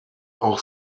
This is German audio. auch